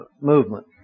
movement